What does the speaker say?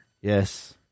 Yes